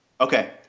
Okay